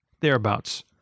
Thereabouts